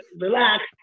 relax